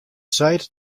seit